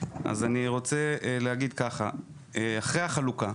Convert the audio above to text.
אני רוצה להגיד ככה: אחרי החלוקה,